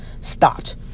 stopped